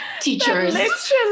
teachers